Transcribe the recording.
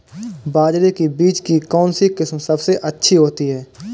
बाजरे के बीज की कौनसी किस्म सबसे अच्छी होती है?